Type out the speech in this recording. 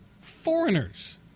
Foreigners